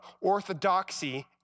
orthodoxy